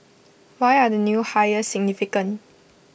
why are the new hires significant